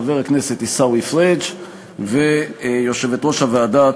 חבר הכנסת עיסאווי פריג'; יושבת-ראש הוועדה,